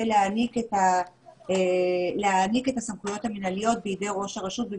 להעניק את הסמכויות המנהליות בידי ראש הרשות,